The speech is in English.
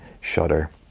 shudder